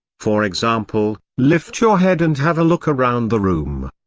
for example, lift your head and have a look around the room.